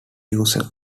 using